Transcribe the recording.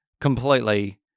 completely